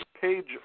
page